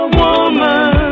woman